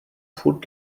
furt